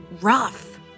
rough